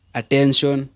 attention